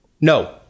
No